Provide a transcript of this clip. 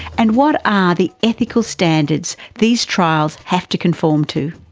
and what are the ethical standards these trials have to conform to?